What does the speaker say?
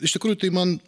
iš tikrųjų tai man